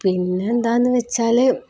പിന്നെന്താണെന്ന് വെച്ചാല്